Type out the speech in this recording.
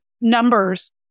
numbers